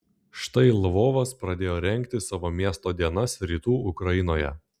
štai lvovas pradėjo rengti savo miesto dienas rytų ukrainoje